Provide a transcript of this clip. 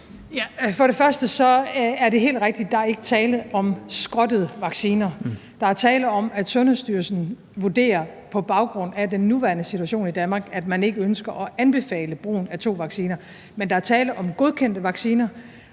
Først er det helt rigtigt, at der ikke er tale om skrottede vacciner. Der er tale om, at Sundhedsstyrelsen på baggrund af den nuværende situation i Danmark vurderer, at man ikke ønsker at anbefale brugen af to vacciner. Men der er tale om godkendte vacciner.